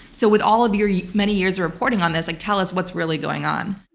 so with all of your your many years reporting on this, like tell us what's really going on.